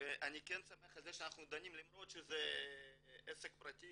ואני כן שמח על זה שאנחנו דנים למרות שזה עסק פרטי